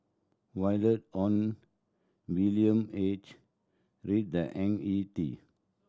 Violet Oon William H Read the Ang Ee Tee